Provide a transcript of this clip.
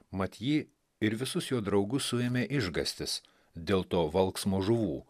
mat jį ir visus jo draugus suėmė išgąstis dėl to valksmo žuvų